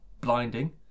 blinding